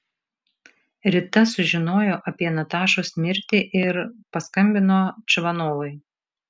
rita sužinojo apie natašos mirtį ir paskambino čvanovui